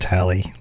Tally